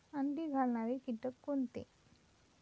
अंडी घालणारे किटक कोणते?